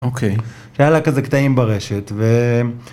אוקיי. היה לה כזה קטעים ברשת ו...